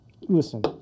Listen